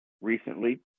recently